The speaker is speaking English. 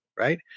Right